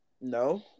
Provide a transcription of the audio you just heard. No